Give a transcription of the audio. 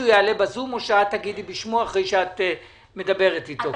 או שהוא יעלה ב-זום או שאת תדברי בשמו אחרי שדיברת אתו.